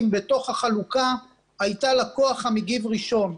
בתוך החלוקה הייתה לכוח המגיב ראשון,